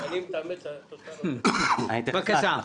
בבקשה.